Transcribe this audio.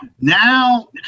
now